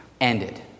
ended